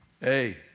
Hey